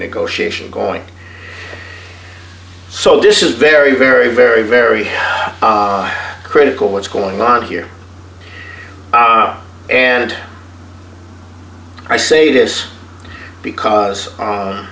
negotiation going so this is very very very very critical what's going on here and i say this because